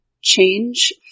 change